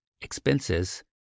expenses